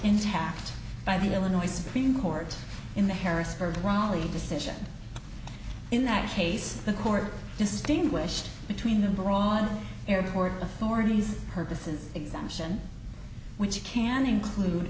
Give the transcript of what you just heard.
intact by the illinois supreme court in the harrisburg raleigh decision in that case the court distinguish between the role of the airport authorities purposes exemption which can include